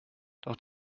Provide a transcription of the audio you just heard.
doch